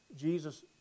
Jesus